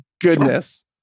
goodness